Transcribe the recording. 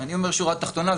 אני אומר בשורה תחתונה,